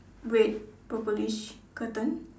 red purplish curtain